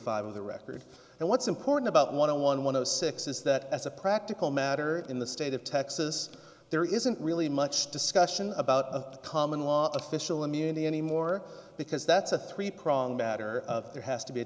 five of the record and what's important about one on one one of the six is that as a practical matter in the state of texas there isn't really much discussion about a common law official immunity anymore because that's a three pronged matter of there has to be a